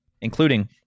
including